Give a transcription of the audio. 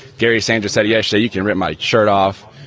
jerry sanders said yesterday. you can rip my shirt off,